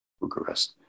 Bucharest